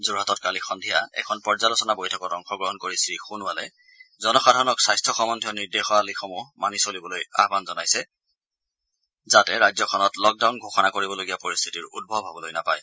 যোৰহাটত কালি সন্ধিয়া এখন পৰ্যালোচনা বৈঠকত অংশগ্ৰহণ কৰি শ্ৰীসোণোৱালে জনসাধাৰণক নিৰ্দেশাৱলীসমূহ মানি চলিবলৈ আহান জনাইছে যাতে ৰাজ্যখনত লকডাউন ঘোষণা কৰিবলগীয়া পৰিস্থিতি উদ্ভৱ হ'বলৈ নাপায়